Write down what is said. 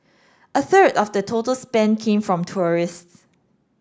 a third of the total spend came from tourists